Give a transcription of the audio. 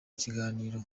kiganiro